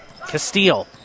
Castile